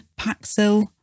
Paxil